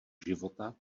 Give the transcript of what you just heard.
života